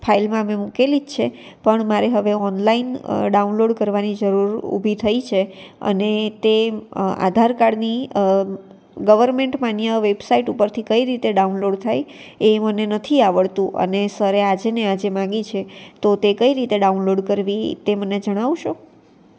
ફાઇલમાં મેં મુકેલી જ છે પણ મારે હવે ઓનલાઈન ડાઉનલોડ કરવાની જરૂર ઉભી થઈ છે અને તે આધારકાર્ડની ગવર્મેન્ટ માન્ય વેબસાઇટ ઉપરથી કઈ રીતે ડાઉનલોડ થાય એ મને નથી આવડતું અને સરે આજે ને આજે માંગી છે તો તે કઈ રીતે ડાઉનલોડ કરવી તે મને જણાવશો